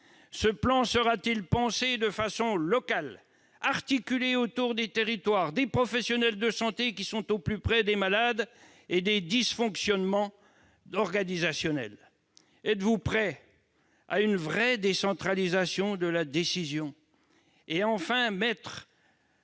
Ce plan sera-t-il pensé de façon locale, articulé autour des territoires et des professionnels de santé, qui sont au plus près des malades, mais aussi des dysfonctionnements organisationnels ? Êtes-vous prêts à engager une véritable décentralisation de la décision